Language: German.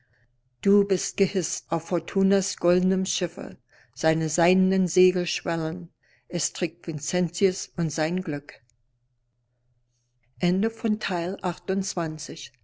du bist gehißt auf fortunas goldenem schiffe seine seidenen segel schwellen es trägt vincentius und sein glück